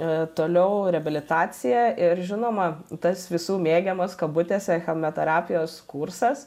i toliau reabilitacija ir žinoma tas visų mėgiamas kabutėse chemoterapijos kursas